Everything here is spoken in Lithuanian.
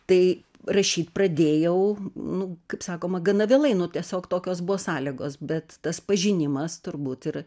tai rašyt pradėjau nu kaip sakoma gana vėlai nu tiesiog tokios buvo sąlygos bet tas pažinimas turbūt ir